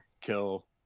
kill